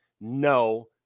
No